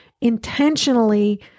intentionally